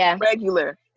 regular